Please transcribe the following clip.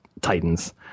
Titans